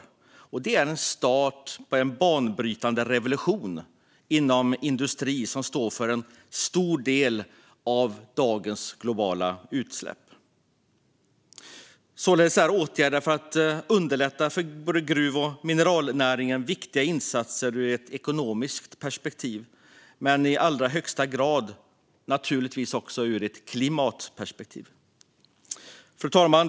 Det är en start på en banbrytande revolution inom en industri som står för en stor del av dagens globala utsläpp. Således är åtgärder för att underlätta för både gruv och mineralnäringen viktiga insatser ur ett ekonomiskt perspektiv men naturligtvis i allra högsta grad också ur ett klimatperspektiv. Fru talman!